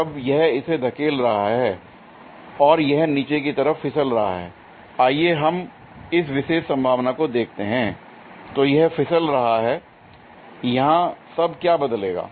जब यह इसे धकेल रहा है और यह नीचे की तरफ फिसल रहा हैl आइए हम इस विशेष संभावना को देखते हैंl तो यह फिसल रहा है l यहां सब क्या बदलेगा